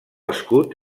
escut